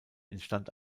entstand